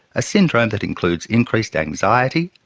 a syndrome that includes increased anxiety,